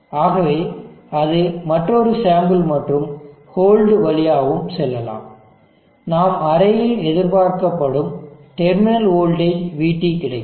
ஆகவே அது மற்றொரு சாம்பிள் மற்றும் ஹோல்டு வழியாகவும் செல்லலாம் நாம் அரேயில் எதிர்பார்க்கப்படும் டெர்மினல் வோல்டேஜ் vT கிடைக்கும்